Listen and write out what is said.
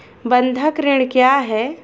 बंधक ऋण क्या है?